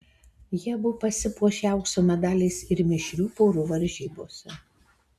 jie abu pasipuošė aukso medaliais ir mišrių porų varžybose